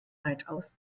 weitaus